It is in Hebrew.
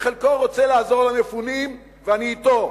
חלקו רוצה לעזור למפונים ואני אתו,